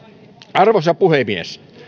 arvoisa puhemies nimenomaan